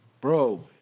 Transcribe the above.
bro